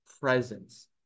presence